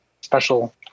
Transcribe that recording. special